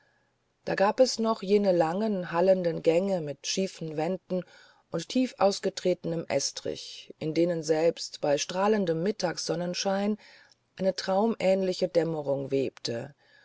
da gab es noch jene langen hallenden gänge mit schiefen wänden und tief ausgetretenem estrich in denen selbst bei strahlendem mittagssonnenscheine eine traumähnliche dämmerung webt